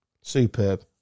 Superb